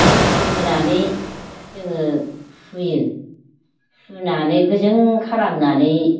गोखै होनानै जोङो हुयो हुनानै गोजों खालामनानै